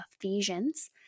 Ephesians